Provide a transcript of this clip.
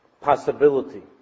possibility